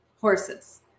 Horses